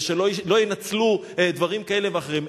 ושלא ינצלו דברים כאלה ואחרים.